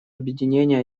объединения